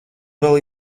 vēl